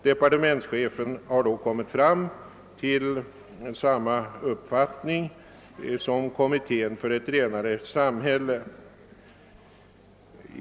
Departementschefen kom därvid fram till samma uppfattning som kommittén för ett renare samhälle.